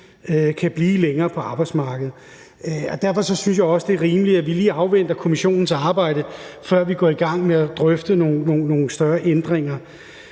kan blive længere på arbejdsmarkedet. Og derfor synes jeg også, det er rimeligt, at vi lige afventer kommissionens arbejde, før vi går i gang med at drøfte nogen større ændringer.